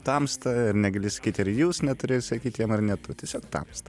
tamsta ir negali sakyt ir jūs neturi sakyt jam ar ne tu tiesiog tamsta